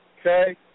Okay